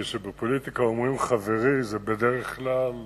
כשבפוליטיקה אומרים "חברי" זה בדרך כלל